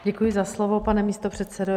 Děkuji za slovo, pane místopředsedo.